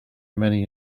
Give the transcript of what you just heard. many